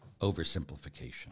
oversimplification